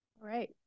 right